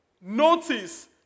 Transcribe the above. notice